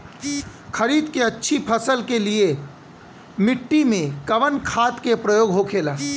खरीद के अच्छी फसल के लिए मिट्टी में कवन खाद के प्रयोग होखेला?